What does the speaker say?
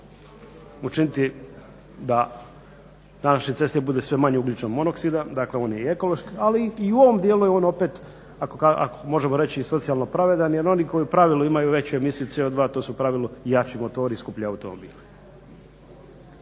učiniti da današnje ceste bude sve manje ugljičnog monoksida ali i u ovom dijelu je on opet možemo reći i socijalno pravedan jer oni koji u pravilu imaju veću emisiju CO2 to su u pravilu jači motori i skuplji automobili.